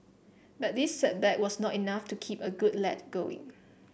but this setback was not enough to keep a good lad going